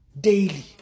Daily